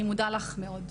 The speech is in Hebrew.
אני מודה לך מאוד.